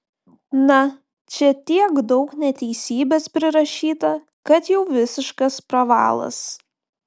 na čia tiek daug neteisybės prirašyta kad jau visiškas pravalas